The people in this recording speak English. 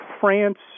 France